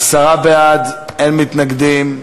עשרה בעד, אין מתנגדים.